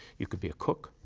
you could be a cook,